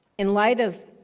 in light of